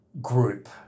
group